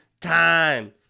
Time